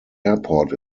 airport